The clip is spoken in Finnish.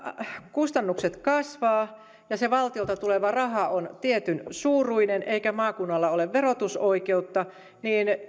kustannukset kasvavat ja se valtiolta tuleva raha on tietynsuuruinen eikä maakunnalla ole verotusoikeutta niin